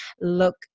look